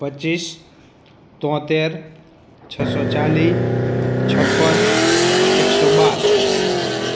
પચીસ તોંતેર છસો ચાળીસ છપ્પન એકસો બાર